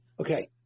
okay